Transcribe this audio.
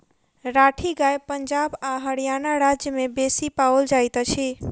राठी गाय पंजाब आ हरयाणा राज्य में बेसी पाओल जाइत अछि